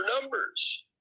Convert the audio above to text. numbers